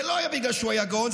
זה לא היה בגלל שהוא היה גאון,